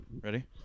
Ready